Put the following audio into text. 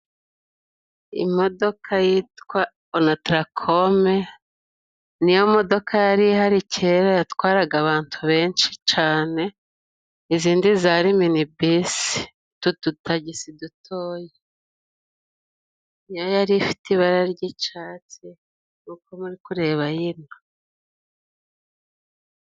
Imodoka yitwa Onatarakome niyo modoka yari ihari kera yatwaraga abantu benshi cane, izindi zari mini bisi utu dutagisi dutoya, yo yari ifite ibara ry'icatsi nk'uko muri kureba y'ino.